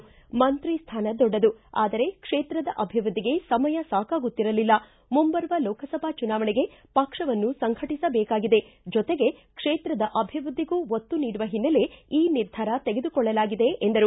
ಮಂತ್ರಿ ಸ್ವಾನ ದೊಡ್ಡದು ಆದರೆ ಕ್ಷೇತ್ರದ ಅಭಿವೃದ್ದಿಗೆ ಸಮಯ ಸಾಕಾಗುತ್ತಿರಲಿಲ್ಲ ಮುಂಬರುವ ಲೋಕಸಭಾ ಚುನಾವಣೆಗೆ ಪಕ್ಷವನ್ನು ಸಂಘಟಿಸಬೇಕಾಗಿದೆ ಜೊತೆಗೆ ಕ್ಷೇತ್ರದ ಅಭಿವೃದ್ದಿಗೂ ಒತ್ತು ನೀಡುವ ಹಿನ್ನೆಲೆ ಈ ನಿರ್ಧಾರ ತೆಗೆದುಕೊಳ್ಳಲಾಗಿದೆ ಎಂದರು